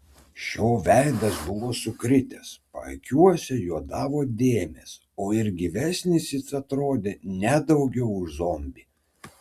šio veidas buvo sukritęs paakiuose juodavo dėmės o ir gyvesnis jis atrodė ne daugiau už zombį